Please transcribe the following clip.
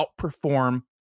outperform